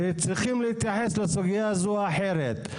וצריכים להתייחס לסוגיה הזאת אחרת.